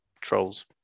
Trolls